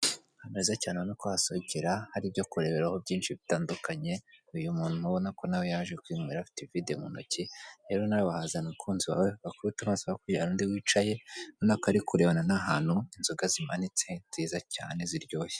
Ibikorwaremezo bifasha abaturage kugenda neza batekanye ahubakwa gare zihuriramo imodoka inini n'intoya.